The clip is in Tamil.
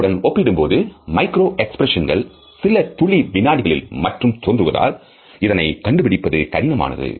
இதனுடன் ஒப்பிடும்போது மைக்ரோ எக்ஸ்பிரஷன்ஸ் கள் சில துளி வினாடிகளில் மற்றும் தோன்றுவதால் இதனை கண்டுபிடிப்பது கடினமானது